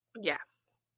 Yes